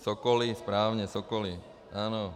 Cokoliv, správně, cokoliv, ano.